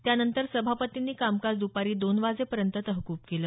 त्यानंतर सभापतींनी कामकाज दुपारी दोन वाजेपर्यंत तहकूब केलं